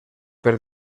per